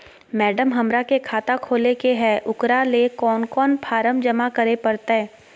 Madam, हमरा के खाता खोले के है उकरा ले कौन कौन फारम जमा करे परते?